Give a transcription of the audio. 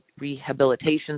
rehabilitation